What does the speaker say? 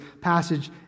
passage